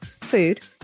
food